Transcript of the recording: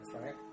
right